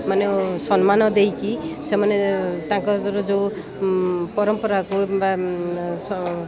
ମାନେ ସମ୍ମାନ ଦେଇକି ସେମାନେ ତାଙ୍କର ଯେଉଁ ପରମ୍ପରାକୁ କିମ୍ବା